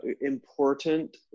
important